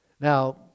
Now